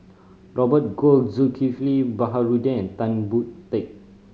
Robert Goh Zulkifli Baharudin and Tan Boon Teik